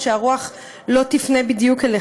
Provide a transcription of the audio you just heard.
הוא יאבד את שאריות התמיכה הבין-לאומית שיש לו